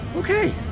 Okay